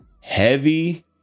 Heavy